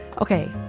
okay